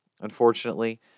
unfortunately